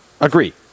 agree